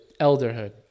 elderhood